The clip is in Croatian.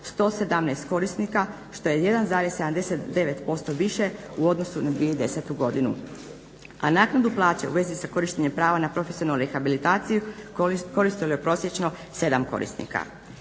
70117 korisnika što je 1,79% više u odnosu na 2010. godinu, a naknadu plaće u vezi sa korištenjem prava na profesionalnu rehabilitaciju koristilo je prosječno 7 korisnika.